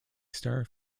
star